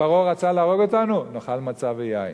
פרעה רצה להרוג אותנו, נאכל מצה ויין.